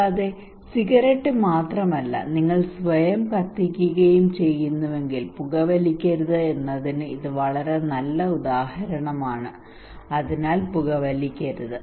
കൂടാതെ സിഗരറ്റ് മാത്രമല്ല നിങ്ങൾ സ്വയം കത്തിക്കുകയും ചെയ്യുന്നുവെങ്കിൽ പുകവലിക്കരുത് എന്നതിന് ഇത് വളരെ നല്ല ഉദാഹരണമാണ് അതിനാൽ പുകവലിക്കരുത്